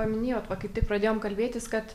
paminėjot va kaip tik pradėjom kalbėtis kad